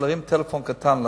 להרים טלפון אחד קטן ללשכתי,